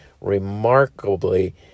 remarkably